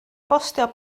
bostio